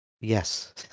Yes